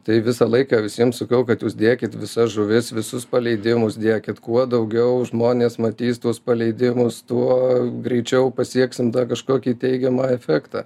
tai visą laiką visiem sakiau kad jūs dėkit visas žuvis visus paleidimus dėkit kuo daugiau žmonės matys tuos paleidimus tuo greičiau pasieksim kažkokį teigiamą efektą